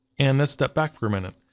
and let's step back for a minute.